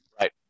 Right